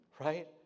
right